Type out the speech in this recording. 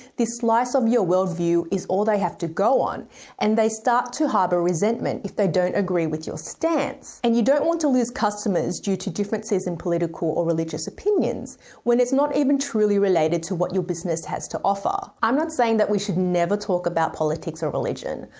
this slice of your worldview is all they have to go on and they start to harbor resentment if they don't agree with your stance. and you don't want to lose customers due to differences in political or religious opinions when it's not even truly related to what your business has to offer. i'm not saying that we should never talk about politics or religion.